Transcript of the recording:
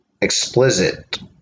explicit